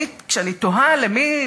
כשאני תוהה למי,